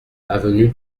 avenue